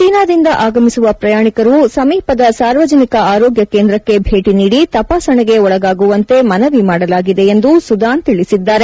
ಚೀನಾದಿಂದ ಆಗಮಿಸುವ ಪ್ರಯಾಣಿಕರು ಸಮೀಪದ ಸಾರ್ವಜನಿಕ ಆರೋಗ್ಯ ಕೇಂದ್ರಕ್ಷೆ ಭೇಟಿ ನೀದಿ ತಪಾಸಣೆಗೆ ಒಳಗಾಗುವಂತೆ ಮನವಿ ಮಾದಲಾಗಿದೆ ಎಂದು ಸುದಾನ್ ತಿಳಿಸಿದ್ದಾರೆ